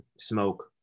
Smoke